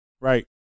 right